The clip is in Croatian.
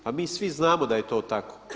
Pa mi svi znamo da je to tako.